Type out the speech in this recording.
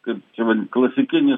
kaip klasikinį